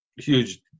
huge